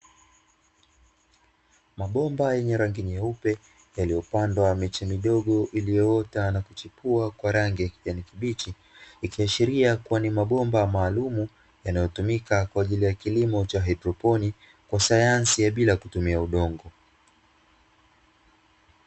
Mabomba yenye rangi nyeupe ilipangwa kuwa ni mabomba maalumu yanayopandwa kwa sayansi ya bila kutumia udongo